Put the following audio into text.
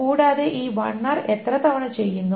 കൂടാതെ ഈ lr എത്ര തവണ ചെയ്യുന്നു